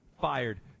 fired